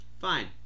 Fine